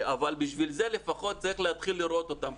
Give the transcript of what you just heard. בשביל זה לפחות צריך להתחיל לראות אותם.